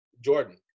Jordan